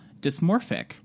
dysmorphic